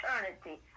eternity